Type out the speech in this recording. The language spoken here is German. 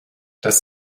das